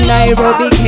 Nairobi